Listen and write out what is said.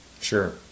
Sure